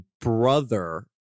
brother